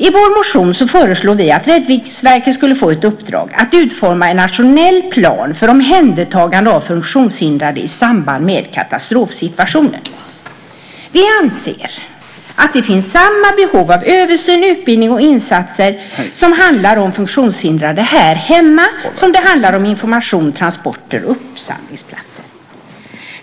I vår motion föreslår vi att Räddningsverket skulle få ett uppdrag att utforma en nationell plan för omhändertagande av funktionshindrade i samband med katastrofsituationer. Vi anser att det finns samma behov av översyn, utbildning och insatser när det gäller funktionshindrade här hemma som när det handlar om information, transporter och uppsamlingsplatser.